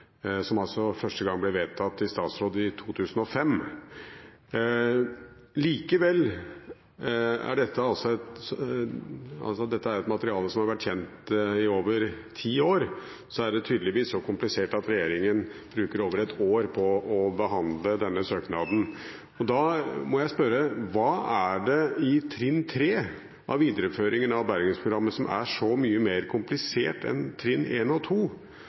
som altså første gang ble vedtatt i statsråd i 2005. Selv om dette er et materiale som har vært kjent i over ti år, er det tydeligvis så komplisert at regjeringen bruker over ett år på å behandle denne søknaden. Da må jeg spørre: Hva er det med byggetrinn 3 i videreføringen av Bergensprogrammet som er så mye mer komplisert enn